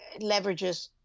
leverages